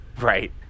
Right